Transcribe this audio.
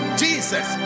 jesus